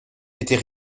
était